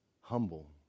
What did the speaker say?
humble